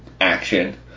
action